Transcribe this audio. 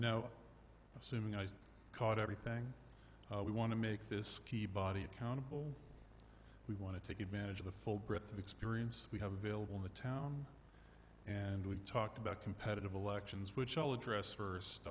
now assuming i was caught everything we want to make this key body accountable we want to take advantage of the full breadth of experience we have available in the town and we talked about competitive elections which i'll address first